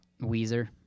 Weezer